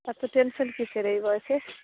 এত টেনশন কিসের এই বয়সে